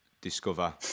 discover